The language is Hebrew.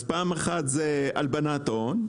אז פעם אחת זה הלבנת הון.